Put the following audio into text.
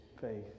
faith